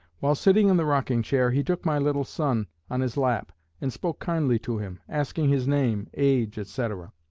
while sitting in the rocking-chair, he took my little son on his lap and spoke kindly to him, asking his name, age, etc.